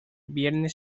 viernes